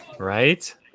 right